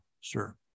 sure